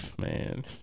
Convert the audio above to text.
man